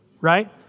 right